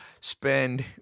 spend